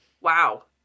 Wow